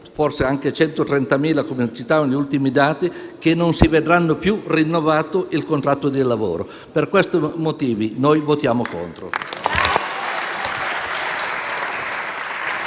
forse anche 130.000, come citavano gli ultimi dati - che non si vedranno più rinnovato il contratto di lavoro. Per questi motivi, noi votiamo contro.